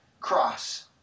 cross